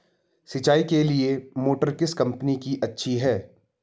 सिंचाई के लिए मोटर किस कंपनी की अच्छी है?